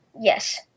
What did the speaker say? Yes